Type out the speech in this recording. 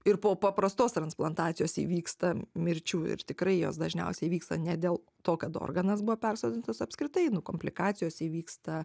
ir po paprastos transplantacijos įvyksta mirčių ir tikrai jos dažniausiai įvyksta ne dėl to kad organas buvo persodintas apskritai komplikacijos įvyksta